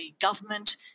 government